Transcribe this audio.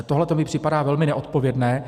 Tohle mi připadá velmi neodpovědné.